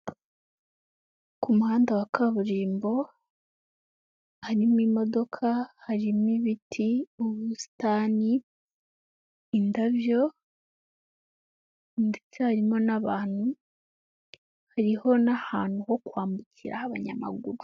Ku muhanda wa kaburimbo harimo imodoka, harimo ibiti, ubusitani, indabyo ndetse harimo n'abantu hariho n'ahantu ho kwambukira h'abanyamaguru.